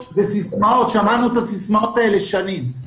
שמענו את הסיסמאות האלה שנים.